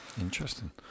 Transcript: Interesting